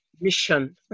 mission